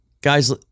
guys